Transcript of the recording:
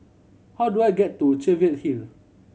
how do I get to Cheviot Hill